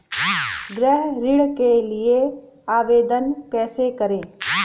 गृह ऋण के लिए आवेदन कैसे करें?